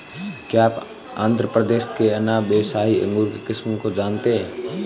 क्या आप आंध्र प्रदेश के अनाब ए शाही अंगूर के किस्म को जानते हैं?